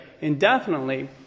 indefinitely